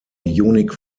unique